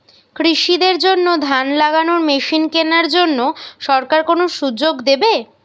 কৃষি দের জন্য ধান লাগানোর মেশিন কেনার জন্য সরকার কোন সুযোগ দেবে?